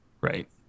Right